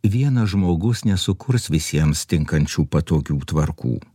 vienas žmogus nesukurs visiems tinkančių patogių tvarkų